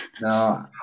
No